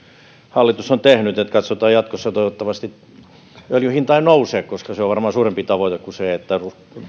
hallitus on tehnyt katsotaan jatkossa toivottavasti öljyn hinta ei nouse koska se on varmaan suurempi tavoite kuin se että